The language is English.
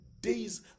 Days